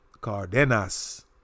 cardenas